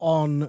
on